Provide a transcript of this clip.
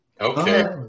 okay